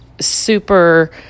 super